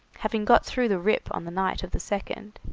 having got through the rip on the night of the second.